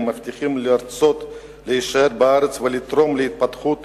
מבטיחים לרצות להישאר בארץ ולתרום להתפתחות